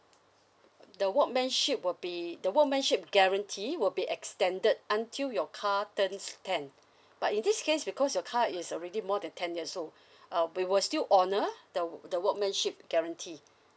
uh the workmanship will be the workmanship guarantee will be extended until your car turns ten but in this case because your car is already more than ten years old uh we will still honour the w~ the workmanship guarantee